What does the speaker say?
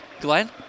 Glenn